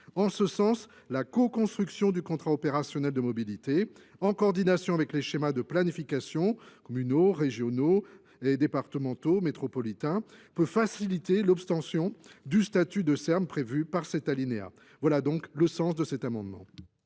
en ce sens. La co construction du contrat opérationnel de mobilité en coordination avec les schémas de planification communaux, régionaux et départementaux métropolitain peut faciliter l'obtention du statut de Ser Mp prévu par cet alinéa. Voilà donc le sens de cet amendement,